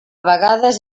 vegades